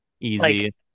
easy